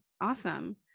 Awesome